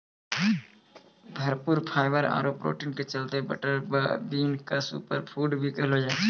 भरपूर फाइवर आरो प्रोटीन के चलतॅ बटर बीन क सूपर फूड भी कहलो जाय छै